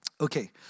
Okay